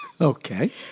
Okay